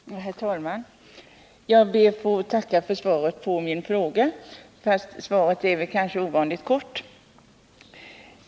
Herr talman! Jag ber att få tacka för svaret på min fråga, även om det kanske var ovanligt kort.